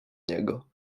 niego